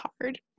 hard